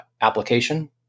application